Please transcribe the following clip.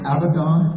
Abaddon